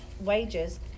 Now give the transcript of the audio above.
wages